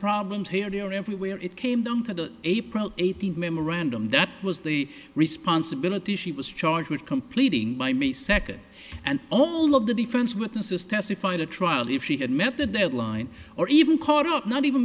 problems here there everywhere it came down to the april eighteenth memorandum that was the responsibility she was charged with completing my me second and all of the defense witnesses testified a trial if she had met the deadline or even caught up not even